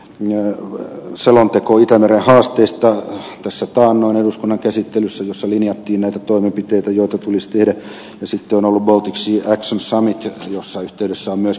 sitten oli selonteko itämeren haasteista tässä taannoin eduskunnan käsittelyssä ja siinä linjattiin näitä toimenpiteitä joita tulisi tehdä ja sitten on ollut baltic sea action summit jonka yhteydessä on myöskin toimenpiteitä linjattu